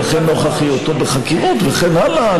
ולכן נוכח היותו בחקירות וכן הלאה,